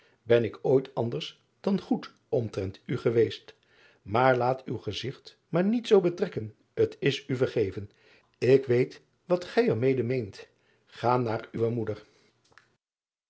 ben ik ooit anders dan goed omtrent u geweest maar laat uw gezigt maar niet zoo betrekken t s u vergeven ik weet wat gij er mede meent a naar uwe moeder